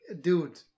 dude